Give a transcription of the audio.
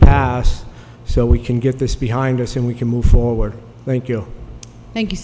passed so we can get this behind us and we can move forward thank you thank you